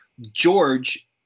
George